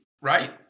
right